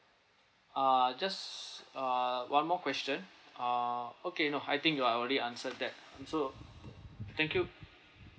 ah just uh one more question ah okay no I think you are already answered that I'm so thank you